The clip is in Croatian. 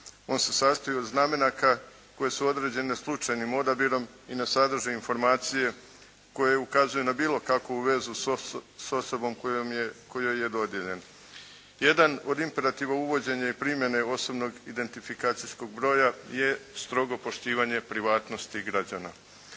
On se sastoji od znamenaka koje su određene slučajnim odabirom i ne sadrži informacije koje ukazuju na bilo kakvu vezu sa osobom kojoj je dodijeljen. Jedan od imperativa uvođenja i primjene osobnog identifikacijskog broja je strogo poštivanje privatnosti građana.